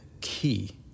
key